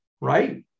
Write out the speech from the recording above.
Right